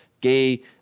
gay